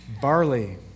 Barley